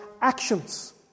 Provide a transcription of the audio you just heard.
actions